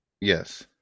Yes